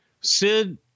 Sid